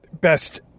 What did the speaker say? best